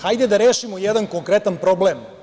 Hajde da rešimo jedan konkretan problem.